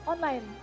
Online